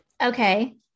Okay